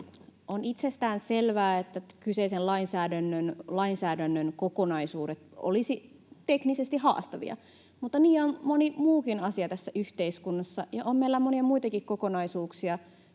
On itsestään selvää, että kyseisen lainsäädännön kokonaisuudet olisivat teknisesti haastavia, mutta niin on moni muukin asia tässä yhteiskunnassa, ja on meillä monia muitakin kokonaisuuksia,